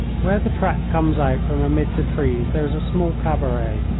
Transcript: where the track comes out from amid the trees there is a small cabaret,